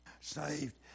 saved